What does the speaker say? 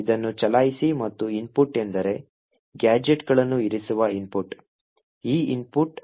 ಇದನ್ನು ಚಲಾಯಿಸಿ ಮತ್ತು ಇನ್ಪುಟ್ ಎಂದರೆ ಗ್ಯಾಜೆಟ್ಗಳನ್ನು ಇರಿಸುವ ಇನ್ಪುಟ್ ಈ input vm ಫೈಲ್ನಲ್ಲಿದೆ